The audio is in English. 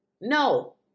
No